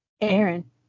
Aaron